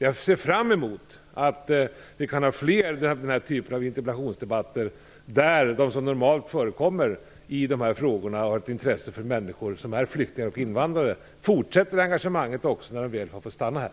Jag ser fram emot att vi kan ha fler interpellationsdebatter av den här typen där de som har ett intresse för flyktingar och invandrare fortsätter engagemanget även när dessa fått stanna här.